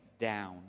down